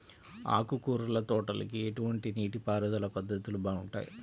ఆకుకూరల తోటలకి ఎటువంటి నీటిపారుదల పద్ధతులు బాగుంటాయ్?